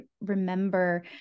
remember